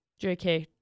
JK